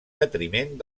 detriment